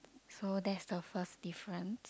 so that's the first difference